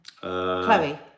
Chloe